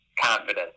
Confidence